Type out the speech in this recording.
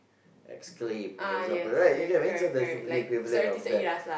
exclaim for example right you get what I mean so there's a Malay equivalent of that